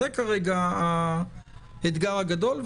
זה כרגע האתגר הגדול.